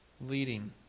Leading